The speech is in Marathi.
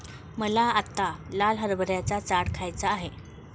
मला आत्ता लाल हरभऱ्याचा चाट खायचा आहे